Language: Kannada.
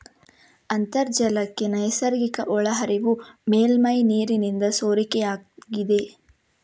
ಅಂತರ್ಜಲಕ್ಕೆ ನೈಸರ್ಗಿಕ ಒಳಹರಿವು ಮೇಲ್ಮೈ ನೀರಿನಿಂದ ಸೋರಿಕೆಯಾಗಿದೆ